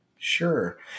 Sure